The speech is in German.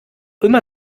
immer